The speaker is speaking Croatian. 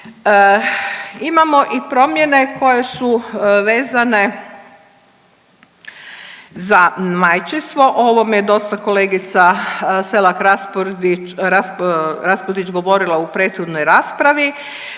Imamo i promjene koje su vezane za majčinstvo. O ovom je dosta kolegica Selak-Raspudić govorila u prethodnoj raspravi.